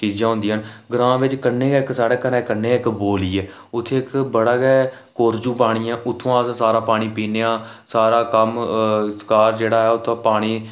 चीजां होंदियां न ग्रांऽ बिच कन्नै गै साढ़े घरै दे कन्नै गै इक बौली ऐ उत्थै इक बड़ा गै कोरजू पानी ऐ उत्थुआं अस सारा पानी पीन्ने आं सारा कम्म काज जेह्ड़ा ऐ ओह् पानी